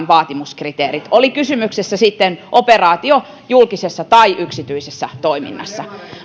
vaatimuskriteerit oli kysymyksessä sitten operaatio julkisessa tai yksityisessä toiminnassa